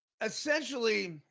essentially